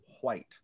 white